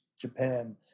Japan